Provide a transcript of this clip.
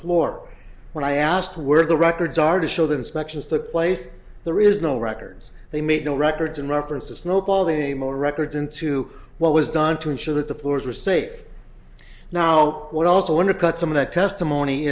floor when i asked where the records are to show the inspections took place there is no records they made no records in reference to snowball they more records into what was done to ensure that the floors were safe now what also undercuts some of that testimony